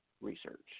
research